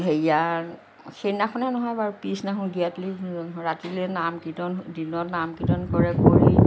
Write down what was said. হেৰিয়াৰ সেইদিনাখনেই নহয় বাৰু পিছদিনা গিয়াতিলৈ ৰাতিলৈ নাম কীৰ্ত্তন দিনত নাম কীৰ্ত্তন কৰে কৰি